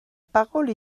parole